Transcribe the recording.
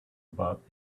about